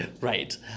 right